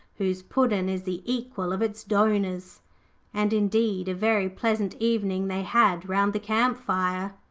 whose puddin' is the equal of its donors and, indeed, a very pleasant evening they had round the camp fire.